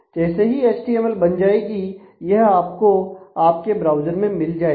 जैसे ही एचटीएमएल बन जाएगी यह आपको आपके ब्राउज़र में मिल जाएगी